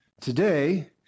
Today